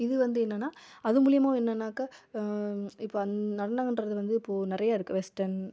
இது வந்து என்னென்னா அது மூலிமாவும் என்னென்னாக்க இப்போ நடனங்கிறது வந்து இப்போது நிறைய இருக்குது வெஸ்டன்